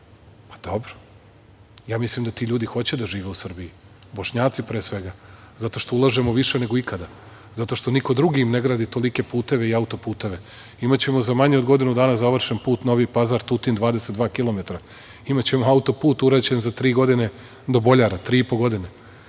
Pa, dobro. Ja mislim da ti ljudi hoće da žive u Srbiji. Bošnjaci pre svega, zato što ulažemo više nego ikada. Zato što niko drugi im ne gradi tolike puteve i auto-puteve. Imaćemo za manje od godinu dana završen put Novi Pazar - Tutin 22 kilometara. Imaćemo auto-put urađen za tri godine do Boljara, tri i po godine.